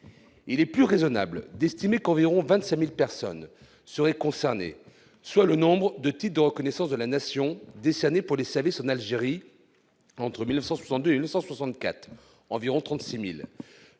Il est plus raisonnable d'estimer qu'environ 25 000 personnes seraient concernées, soit le nombre de titres de reconnaissance de la Nation décernés pour les services en Algérie entre 1962 et 1964- environ 36 000